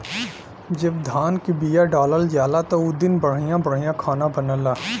जब धान क बिया डालल जाला त उ दिन बढ़िया बढ़िया खाना बनला